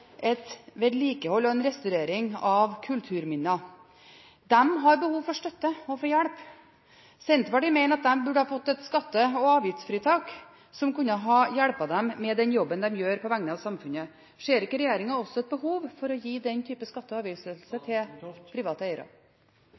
vedlikehold og restaurering av kulturminner. De har behov for støtte og hjelp. Senterpartiet mener at de burde fått et skatte- og avgiftsfritak som kunne ha hjulpet dem med den jobben de gjør på vegne av samfunnet. Ser ikke regjeringen også et behov for å gi den typen skatte- og avgiftslettelser til private eiere?